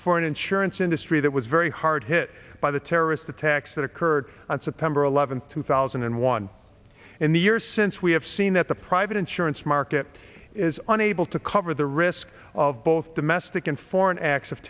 for an insurance industry that was very hard hit by the terrorist attacks that occurred on september eleventh two thousand and one in the years since we have seen that the private insurance market is unable to cover the risk of both domestic and foreign acts